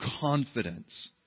confidence